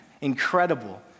incredible